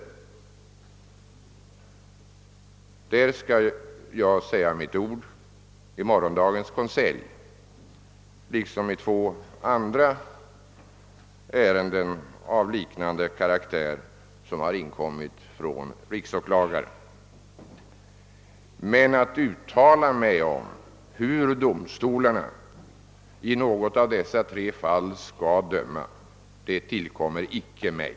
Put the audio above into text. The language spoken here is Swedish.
I den frågan skall jag säga mitt ord i morgondagens konselj liksom i två andra ärenden av liknande karaktär som har inkommit från riksåklagaren, men att nu göra ett uttalande om hur domstolarna i något av dessa tre fall skall döma tillkommer icke mig.